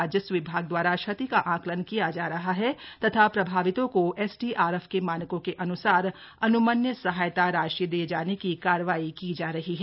राजस्व विभाग द्वारा क्षति का आंकलन किया जा रहा है तथा प्रभावितों को एसडीआरएफ के मानकों के अन्सार अन्मन्य सहायता राशि दिए जाने की कार्रवाई की जा रही है